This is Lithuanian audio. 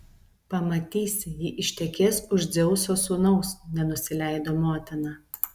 pamatysi ji ištekės už dzeuso sūnaus nenusileido motina